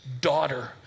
daughter